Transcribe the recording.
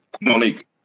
Monique